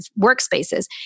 workspaces